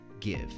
give